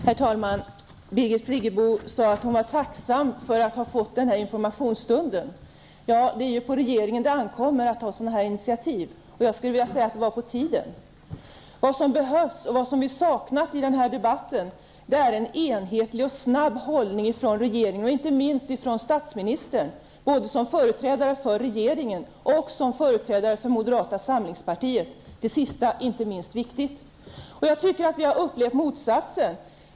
Herr talman! Birgit Friggebo sade att hon var tacksam över att ha fått den här informationsstunden. Det är ju på regeringen det ankommer att ta sådana initiativ. Jag skulle vilja säga att det var på tiden. Vad som behövs och vad som saknats i den här debatten är en enhetlig och snabb hållning från regeringen och inte minst från statsministern, både som företrädare för regeringen och som företrädare för moderata samlingspartiet. Det sista är inte minst viktigt. Jag tycker att vi har upplevt motsatsen.